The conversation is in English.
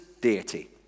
deity